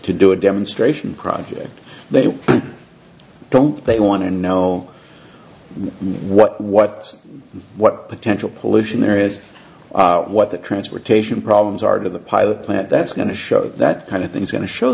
to do a demonstration project they don't they want to know what what what potential pollution there is what the transportation problems are to the pilot plant that's going to show that kind of things going to show